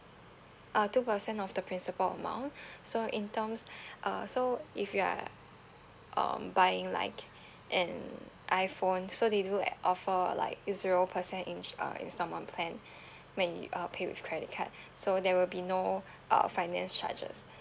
ah two percent of the principal amount so in terms uh so if you are um buying like an iphone so they do at offer like a zero percent ins~ uh instalment plan when you uh pay with credit card so there will be no uh finance charges